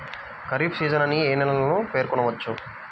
Kharif season అని ఏ ఏ నెలలను పేర్కొనవచ్చు?